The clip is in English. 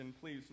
please